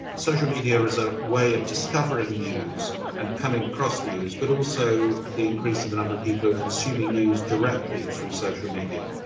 social media is a way of discovering news and coming across news, but also the increase in the number of people who are consuming news directly through social media.